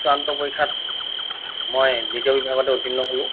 চূড়ান্ত পৰীক্ষাত মই দ্বিতীয় বিভাগতে উত্তীৰ্ণ হ'লোঁ